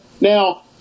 Now